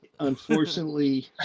Unfortunately